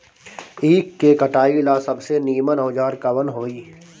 ईख के कटाई ला सबसे नीमन औजार कवन होई?